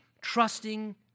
trusting